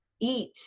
eat